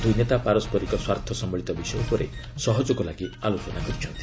ଦୂଇ ନେତା ପାରସ୍କରିକ ସ୍ୱାର୍ଥ ସମ୍ଭଳିତ ବିଷୟ ଉପରେ ସହଯୋଗ ପାଇଁ ଆଲୋଚନା କରିଛନ୍ତି